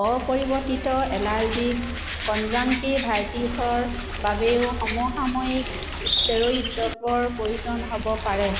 অপৰিৱৰ্তিত এলাৰ্জিক কনজাংটি ভাইটিছৰ বাবেও সমসাময়িক ষ্টেৰইড ড্ৰপৰ প্ৰয়োজন হ'ব পাৰে